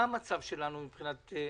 מה המצב שלנו מבחינתך?